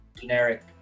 generic